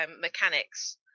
mechanics